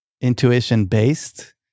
intuition-based